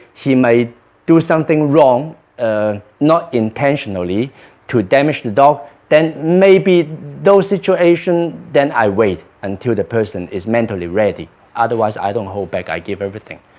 he may do something wrong ah not intentionally to damage the dog then maybe those situation then i wait and until the person is mentally ready otherwise, i don't hold back i give everything